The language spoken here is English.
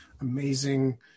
amazing